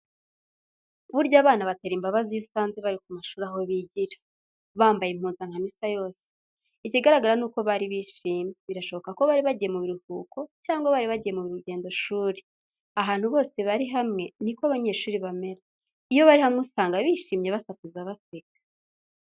Burya abana batera imbabazi iyo ubasanze ku mashuri aho bigira, bambaye impuzankano isa yose. Ikigaragara nuko bari bishimye, birashoboka ko bari bagiye mu biruhuko cyangwa bari bagiye mu rugendoshuri ahantu bose bari hamwe niko abanyeshuri bamera iyo bari hamwe, usanga bishimye basakuza baseka.